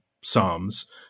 psalms